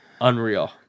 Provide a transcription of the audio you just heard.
unreal